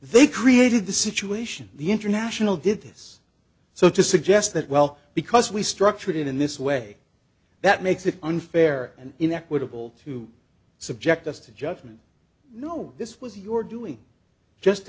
they created the situation the international did this so to suggest that well because we structured it in this way that makes it unfair and inequitable to subject us to judgment no this was your doing just